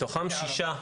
מתוכם שישה,